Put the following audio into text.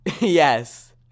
yes